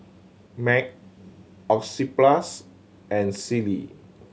Mac Oxyplus and Sealy